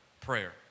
prayer